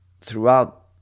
throughout